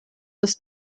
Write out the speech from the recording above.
ist